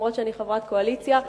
למרות שאני חברת קואליציה,